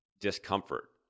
discomfort